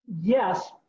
Yes